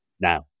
now